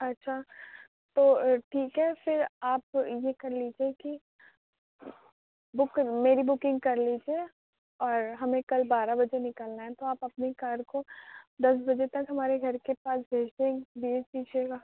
اچھا تو ٹھیک ہے پھر آپ یہ کر لیجیے کہ بک کر میری بکنگ کر لیجیے اور ہمیں کل بارہ بجے نکلنا ہے تو آپ اپنی کار کو دس بجے تک ہمارے گھر کے پاس بھیج دیں بھیج دیجیے گا